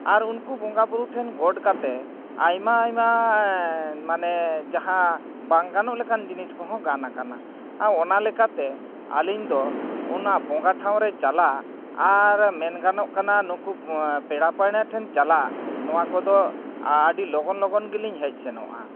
ᱟᱨ ᱩᱱᱠᱩ ᱵᱚᱸᱜᱟ ᱵᱩᱨᱩ ᱴᱷᱮᱱ ᱜᱚᱰ ᱠᱟᱛᱮᱫ ᱟᱭᱢᱟ ᱟᱭᱢᱟ ᱢᱟᱱᱮ ᱡᱟᱦᱟᱸ ᱵᱟᱝ ᱜᱟᱱᱚᱜ ᱞᱮᱠᱟᱱ ᱡᱤᱱᱤᱥ ᱠᱚᱦᱚᱸ ᱜᱟᱱ ᱠᱟᱱᱟ ᱟᱨ ᱚᱱᱟ ᱞᱮᱠᱟᱛᱮ ᱟᱹᱞᱤᱧ ᱫᱚ ᱚᱱᱟ ᱵᱚᱸᱜᱟ ᱴᱷᱟᱶ ᱨᱮ ᱪᱟᱞᱟᱜ ᱟᱨ ᱢᱮᱱ ᱜᱟᱱᱚᱜ ᱠᱟᱱᱟ ᱱᱩᱠᱩ ᱯᱮᱲᱟ ᱯᱟᱹᱦᱲᱟᱹ ᱴᱷᱮᱱ ᱪᱟᱞᱟᱜ ᱱᱚᱣᱟ ᱠᱚᱫᱚ ᱟᱹᱰᱤ ᱞᱚᱜᱚᱱ ᱞᱚᱜᱚᱱ ᱜᱮᱞᱤᱧ ᱦᱮᱡ ᱥᱮᱱᱚᱜᱼᱟ